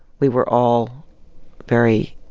we were all very